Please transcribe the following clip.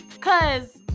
Cause